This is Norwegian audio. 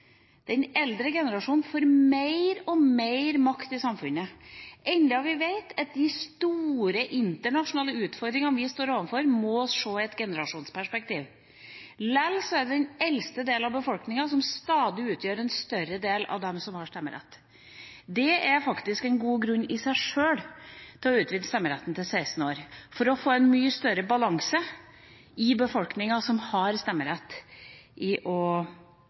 Den eldre generasjonen får mer og mer makt i samfunnet, enda vi vet at de store internasjonale utfordringene vi står overfor, må ses i et generasjonsperspektiv. Lell er det den eldste delen av befolkningen som stadig utgjør en større del av dem som har stemmerett. Det er faktisk en god grunn i seg sjøl til å utvide stemmeretten til å gjelde 16-åringer, for å få en mye større balanse når det gjelder dem i befolkninga som har stemmerett